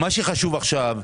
הברחות?